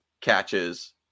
catches